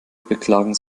beklagen